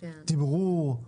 תמרור.